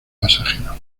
pasajeros